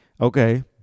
Okay